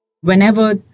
Whenever